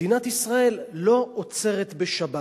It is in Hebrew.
מדינת ישראל לא עוצרת בשבת.